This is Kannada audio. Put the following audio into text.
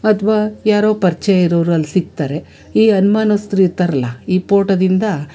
ಅಥ್ವಾ ಯಾರೋ ಪರಿಚಯ ಇರೋರು ಅಲ್ಲಿ ಸಿಗ್ತಾರೆ ಈ ಅನುಮಾನಸ್ತ್ರು ಇರ್ತಾರಲ್ಲ ಈ ಪೋಟೋದಿಂದ